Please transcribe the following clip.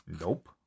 nope